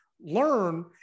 learn